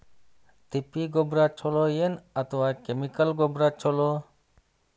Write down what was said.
ತಿಪ್ಪಿ ಗೊಬ್ಬರ ಛಲೋ ಏನ್ ಅಥವಾ ಕೆಮಿಕಲ್ ಗೊಬ್ಬರ ಛಲೋ?